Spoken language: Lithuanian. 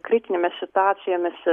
kritinėmis situacijomis